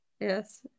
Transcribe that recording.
Yes